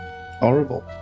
horrible